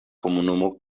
komunumo